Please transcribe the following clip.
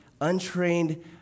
untrained